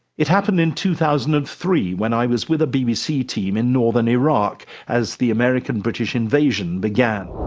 it happened in two thousand and three, when i was with a bbc team in northern iraq as the american-british invasion began.